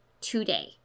today